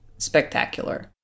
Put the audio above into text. Spectacular